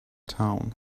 town